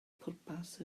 pwrpas